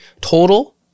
total